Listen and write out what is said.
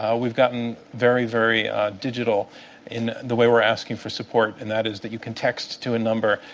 ah we've gotten very, very digital in the way we're asking for support. and that is that you can text to a number.